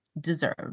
deserve